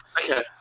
Okay